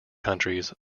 countries